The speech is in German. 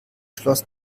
schloss